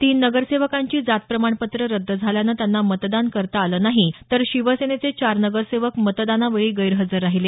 तीन नगरसेवकांची जात प्रमाणपत्रं रद्द झाल्यानं त्यांना मतदान करता आलं नाही तर शिवसेनेचे चार नगरसेवक मतदानावेळी गैरहजर राहिले